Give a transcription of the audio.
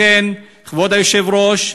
לכן, כבוד היושב-ראש,